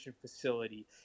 facility